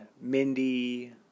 Mindy